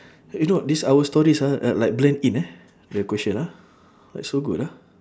you know this our stories ah uh like blend in eh the question ah like so good ah